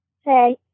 Hey